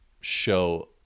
show